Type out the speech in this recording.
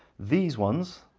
these ones,